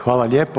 Hvala lijepo.